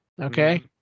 Okay